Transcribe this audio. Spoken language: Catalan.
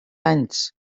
anys